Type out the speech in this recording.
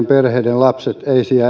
perheiden lapset